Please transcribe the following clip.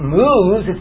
moves